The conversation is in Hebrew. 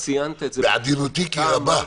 בעדינותי כי רבה.